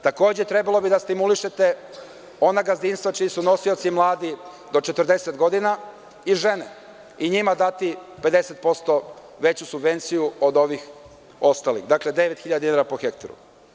Takođe, trebalo bi da stimulišete ona gazdinstva čiji su nosioci mladi do 40 godina i žene i njima dati 50% veću subvenciju od ovih ostalih, dakle, devet hiljada dinara po hektaru.